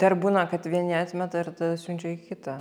dar būna kad vieni atmeta ir tada siunčia į kitą